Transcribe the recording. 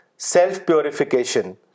self-purification